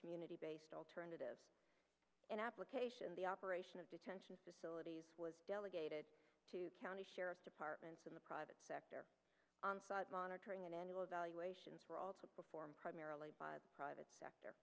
community based alternative and application the operation of detention facilities was delegated to county sheriff's departments in the private sector monitoring and annual evaluations were also performed primarily by private sector